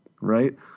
Right